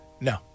No